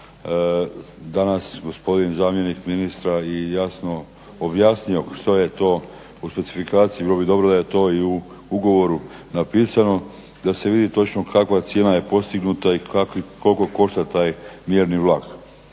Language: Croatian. danas gospodin zamjenik ministra i jasno objasnio što je to u specifikaciji. Bilo bi dobro da je to i u ugovoru napisano, da se vidi točno kakva cijena je postignuta i koliko košta taj mjerni vlak.